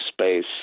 space